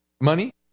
money